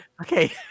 Okay